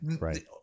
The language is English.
Right